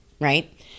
Right